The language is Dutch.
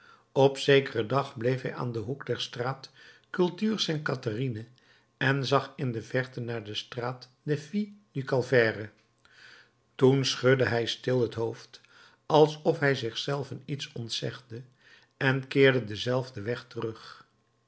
op zekeren dag bleef hij aan den hoek der straat culture sainte catherine en zag in de verte naar de straat des filles du calvaire toen schudde hij stil het hoofd alsof hij zich zelven iets ontzegde en keerde denzelfden weg terug